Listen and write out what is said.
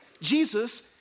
Jesus